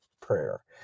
prayer